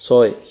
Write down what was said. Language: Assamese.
ছয়